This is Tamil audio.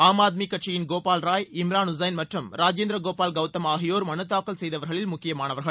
ஆம் ஆத்மி கட்சியின் கோபால் ராய் இம்ரான் உசைன் மற்றும் ராஜேந்திரபால் கவுதம் ஆகியோர் மனு தாக்கல் செய்தவர்களில் முக்கியமானவர்கள்